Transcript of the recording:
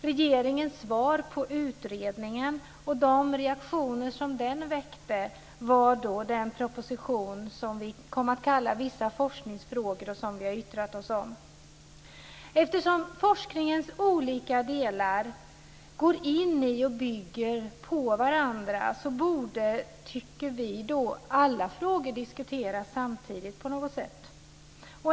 Regeringens svar på utredningen och de reaktioner som den väckte kom i den proposition som kom att kallas Vissa forskningsfrågor, som vi har yttrat oss om. Eftersom forskningens olika delar går in i och bygger på varandra borde, tycker vi, alla frågor diskuteras samtidigt.